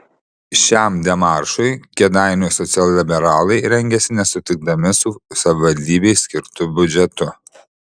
šiam demaršui kėdainių socialliberalai rengėsi nesutikdami su savivaldybei skirtu biudžetu